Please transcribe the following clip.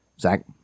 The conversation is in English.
Zach